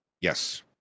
Yes